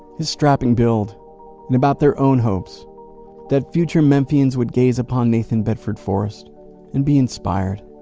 his strapping build and about their own hopes that future memphians would gaze upon nathan bedford forrest and be inspired.